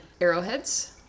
arrowheads